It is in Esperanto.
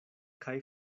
kaj